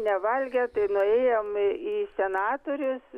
nevalgę tai nuėjom į senatorius